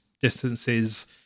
distances